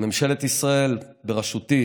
שממשלת ישראל בראשותי